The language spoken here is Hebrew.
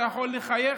אתה יכול לחייך,